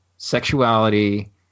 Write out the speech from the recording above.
sexuality